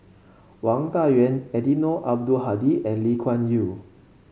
Wang Dayuan Eddino Abdul Hadi and Lee Kuan Yew